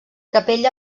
capella